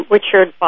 Richard